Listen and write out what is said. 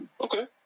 Okay